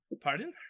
Pardon